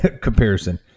comparison